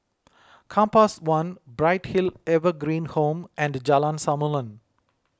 Compass one Bright Hill Evergreen Home and Jalan Samulun